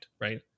Right